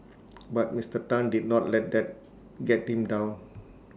but Mister Tan did not let that get him down